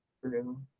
true